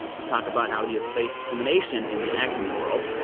we talk about how he has faced discrimination in the acting world.